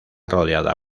rodeada